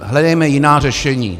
Hledejme jiná řešení.